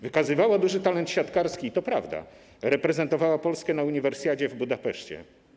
Wykazywała duży talent siatkarski i, to prawda, reprezentowała Polskę na uniwersjadzie w Budapeszcie.